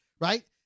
Right